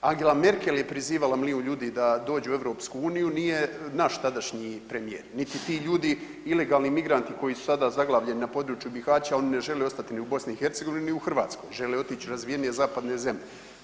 Angela Merkel je prizivala milijun ljudi da dođu u EU, nije naš tadašnji premijer niti ti ljudi, ilegalni migranti koji su sada zaglavljeni na području Bihaća, oni ne žele ostati ni u BiH ni u Hrvatskoj žele otići u razvijenije zapadne zemlje.